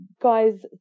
guys